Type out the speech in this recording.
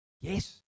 Yes